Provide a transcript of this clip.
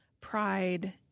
pride